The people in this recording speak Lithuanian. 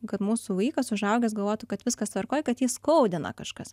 kad mūsų vaikas užaugęs galvotų kad viskas tvarkoj kad jį skaudina kažkas